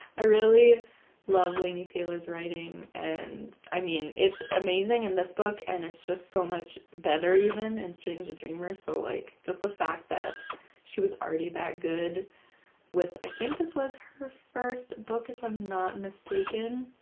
i really love laini taylor's writing and i mean, it's amazing in this book and it's just so much better even in and strange the dreamer so like, just the fact that she was already that good with, i think this was her first book if i'm not mistaken,